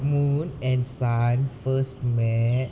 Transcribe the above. moon and sun first met